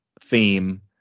theme